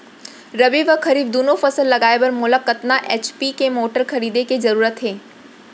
रबि व खरीफ दुनो फसल लगाए बर मोला कतना एच.पी के मोटर खरीदे के जरूरत हे?